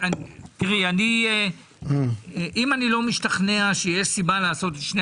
אם אני לא משתכנע שיש סיבה לעשות שני